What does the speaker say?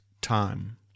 time